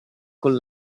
con